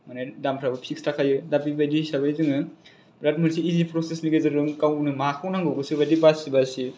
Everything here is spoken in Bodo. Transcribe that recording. माने दामफ्राबो फिक्स थाखायो दा बेबादि हिसाबै जोङो बिराथ मोनसे इजि प्रसेसनि गेजेरजों गावनो माखौ नांगौ गोसोबादि बासि बासि